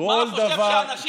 מה הוא חושב שאנשים,